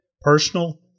personal